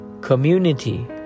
community